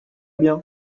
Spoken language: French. bien